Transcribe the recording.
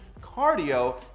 Cardio